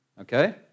Okay